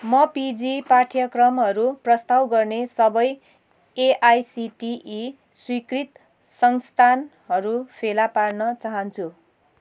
म पिजी पाठ्यक्रमहरू प्रस्ताव गर्ने सबै एआइसिटिई स्वीकृत संस्थानहरू फेला पार्न चाहन्छु